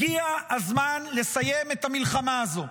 הגיע הזמן לסיים את המלחמה הזו.